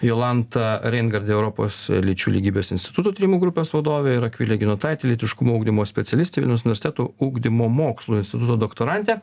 jolanta reingardė europos lyčių lygybės instituto tyrimų grupės vadovė ir akvilė giniotaitė lytiškumo ugdymo specialistė vilniaus universiteto ugdymo mokslų instituto doktorantė